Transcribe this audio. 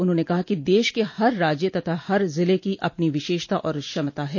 उन्होंने कहा कि देश के हर राज्य तथा हर जिले की अपनी विशेषता और क्षमता है